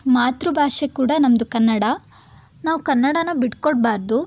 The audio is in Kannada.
ಮಾತೃಭಾಷೆ ಕೂಡ ನಮ್ಮದು ಕನ್ನಡ ನಾವು ಕನ್ನಡನ ಬಿಟ್ಟುಕೊಡ್ಬಾರ್ದು